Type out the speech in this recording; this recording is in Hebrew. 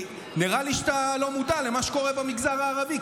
כי נראה לי שאתה לא מודע למה שקורה במגזר הערבי,